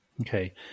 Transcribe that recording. Okay